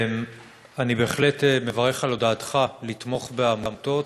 אני בהחלט מברך על הודעתך לתמוך בעמותות.